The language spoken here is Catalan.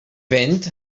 vent